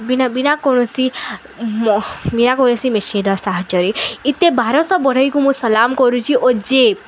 ବିନା ବିନା କୌଣସି ବିନା କୌଣସି ମେସିନ୍ର ସାହାଯ୍ୟରେ ଏତେ ବାରଶହ ବଢ଼େଇକୁ ମୁଁ ସଲାମ୍ କରୁଚି ଓ ଯେ